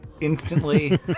Instantly